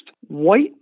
white